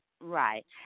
Right